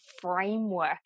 framework